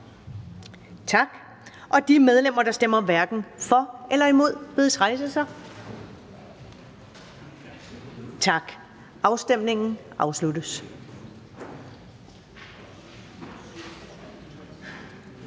Tak. De medlemmer, der stemmer hverken for eller imod, bedes rejse sig. Tak. Afstemningen afsluttes.